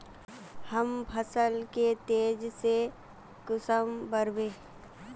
हम फसल के तेज से कुंसम बढ़बे?